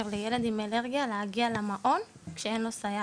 לילד עם אלרגיה להגיע למעון כשאין לו סייעת.